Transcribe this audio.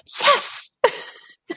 yes